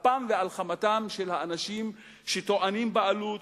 אפם ועל חמתם של האנשים שטוענים לבעלות,